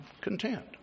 content